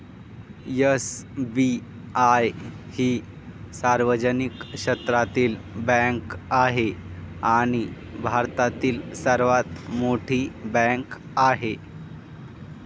SBI ही सार्वजनिक क्षेत्रातील बँक आहे आणि भारतातील सर्वात मोठी बँक आहे